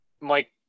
mike